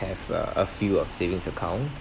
have uh a few of savings account